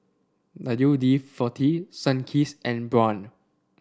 W D forty Sunkist and Braun